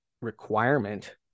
requirement